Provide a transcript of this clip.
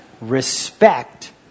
respect